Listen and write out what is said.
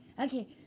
okay